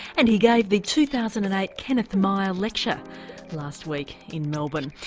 and he gave the two thousand and eight kenneth myer lecture last week in melbourne.